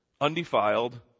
undefiled